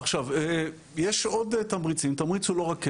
עכשיו, יש עוד תמריצים, תמריץ הוא לא רק כסף,